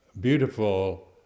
beautiful